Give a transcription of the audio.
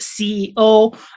ceo